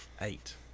eight